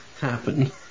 happen